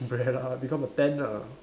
umbrella become a tent ah